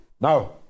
Now